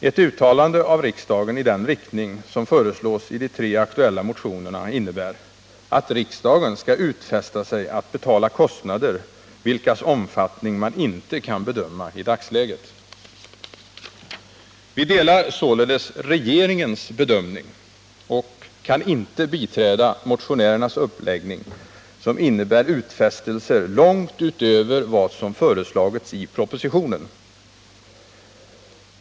Ett uttalande av riksdagen i den riktning som föreslås i de tre aktuella motionerna innebär att riksdagen skall utfästa sig att betala kostnader vilkas omfattning man inte kan bedöma i dagsläget. Vi delar således regeringens bedömning och kan inte biträda motionärernas uppläggning som innebär utfästelser långt utöver vad som föreslagits i propositionen.